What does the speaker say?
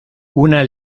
una